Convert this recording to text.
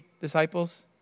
disciples